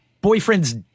boyfriend's